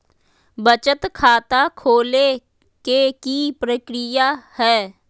बचत खाता खोले के कि प्रक्रिया है?